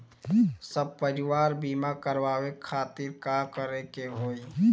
सपरिवार बीमा करवावे खातिर का करे के होई?